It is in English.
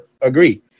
agree